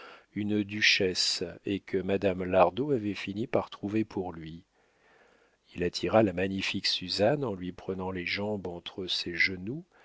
une duchesse et que madame lardot avait fini par trouver pour lui il attira la magnifique suzanne en lui prenant les jambes entre ses genoux